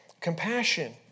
Compassion